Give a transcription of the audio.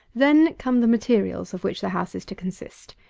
then come the materials of which the house is to consist.